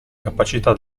capacità